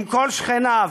עם כל שכניו.